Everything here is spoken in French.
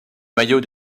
maillot